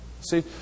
See